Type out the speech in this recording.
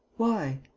why?